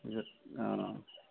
অ